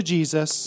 Jesus